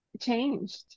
changed